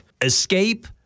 Escape